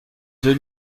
deux